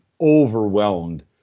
overwhelmed